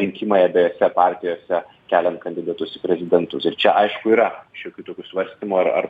rinkimai abiejose partijose keliant kandidatus į prezidentus ir čia aišku yra šiokių tokių svarstymų ar ar